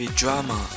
drama